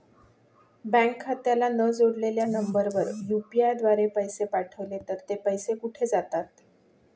Bank खात्याला न जोडलेल्या नंबरवर यु.पी.आय द्वारे पैसे पाठवले तर ते पैसे कुठे जातात?